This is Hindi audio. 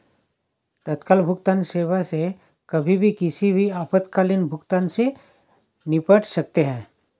तत्काल भुगतान सेवा से कहीं भी किसी भी आपातकालीन भुगतान से निपट सकते है